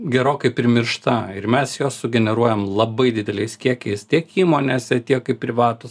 gerokai primiršta ir mes jos sugeneruojam labai dideliais kiekiais tiek įmonėse tiek kaip privatūs